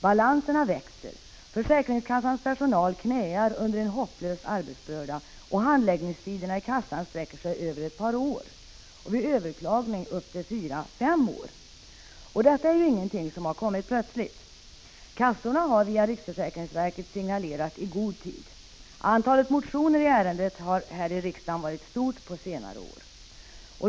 Balanserna växer, försäkringskassans personal knäar under en hopplös arbetsbörda och handläggningstiderna i kassan sträcker sig över ett par år, vid överklagning upp till fyra till fem år. Och detta är ingenting som har kommit plötsligt! Kassorna har via riksförsäkringsverket signalerat i god tid. Antalet motioner i ärendet här i riksdagen har varit stort på senare år.